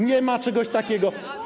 Nie ma czegoś takiego.